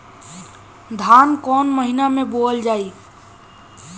धान कवन महिना में बोवल जाई?